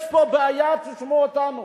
להגיד: יש פה בעיה, תשמעו אותנו.